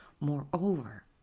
Moreover